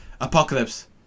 Apocalypse